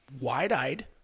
wide-eyed